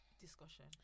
discussion